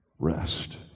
Rest